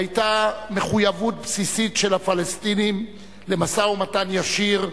היתה מחויבות בסיסית של הפלסטינים למשא-ומתן ישיר,